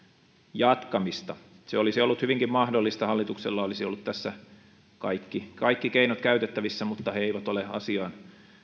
jatkamista se olisi ollut hyvinkin mahdollista hallituksella olisi ollut tässä kaikki kaikki keinot käytettävissä mutta he eivät ole asiaan